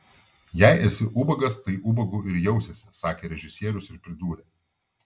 jei esi ubagas tai ubagu ir jausiesi sakė režisierius ir pridūrė